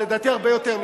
לדעתי הרבה יותר,